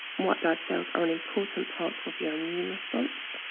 white blood cells are an important part of your immune response.